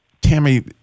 Tammy